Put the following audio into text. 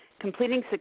completing